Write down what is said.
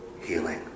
healing